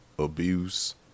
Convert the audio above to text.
Abuse